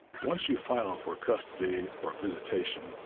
once you file for custody or visitation,